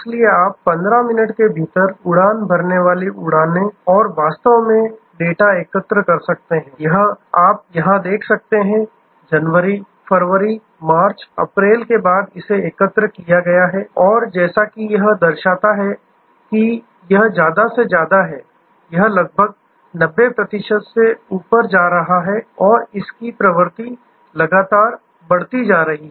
इसलिए आप 15 मिनट के भीतर उड़ान भरने वाली उड़ानें और वास्तव में डेटा एकत्र कर सकते हैं यह आप यहां देख सकते हैं जनवरी फरवरी मार्च अप्रैल के बाद इसे एकत्र किया गया है और जैसा कि यह दर्शाता है कि यह ज़्यादा से ज़्यादा है यह लगभग 90 प्रतिशत से कहीं ऊपर जा रहा है और इसकी प्रवृत्ति लगातार बढ़ती जा रही है